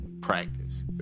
practice